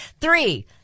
Three